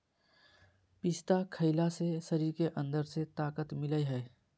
पिस्ता खईला से शरीर के अंदर से ताक़त मिलय हई